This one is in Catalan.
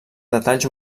detalls